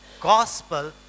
gospel